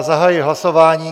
Zahajuji hlasování.